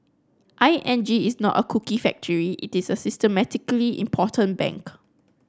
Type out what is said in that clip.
I N G is not a cookie factory it is a systemically important bank